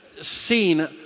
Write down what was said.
seen